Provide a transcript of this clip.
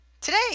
Today